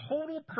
total